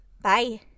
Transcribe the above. Bye